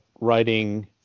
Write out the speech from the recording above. writing